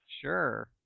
Sure